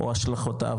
או השלכותיו,